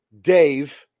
Dave